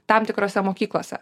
tam tikrose mokyklose